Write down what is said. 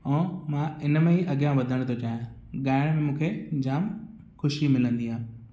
ऐं मां इन में अॻियां वधणु थो चाहियां ॻाइण में मूंखे जामु ख़ुशी मिलंदी आहे